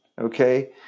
okay